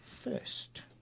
first